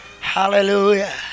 hallelujah